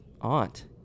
aunt